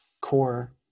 core